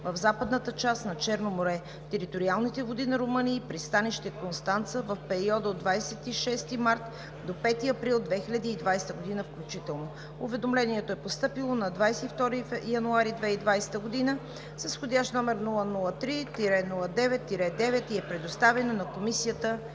в западната част на Черно море, териториалните води на Румъния и пристанище Констанца в периода от 26 март до 5 април 2020 г., включително. Уведомлението е постъпило на 22 януари 2020 г. с вх. № 003-09-9 и е предоставено на Комисията